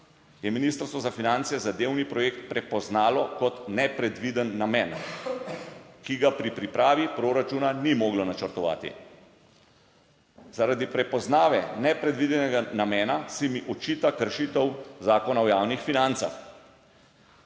je ministrstvo za finance zadevni projekt prepoznalo kot nepredviden namen, ki ga pri pripravi proračuna ni moglo načrtovati. Zaradi prepoznave nepredvidenega namena se mi očita kršitev Zakona o javnih financah.